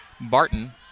Barton